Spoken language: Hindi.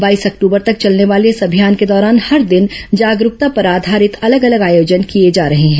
बाईस अक्टूबर तक चलने वाले इस अभियान के दौरान हर दिन जागरूकता पर आधारित अलग अलग आयोजन किए जा रहे हैं